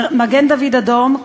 מגן-דוד-אדום,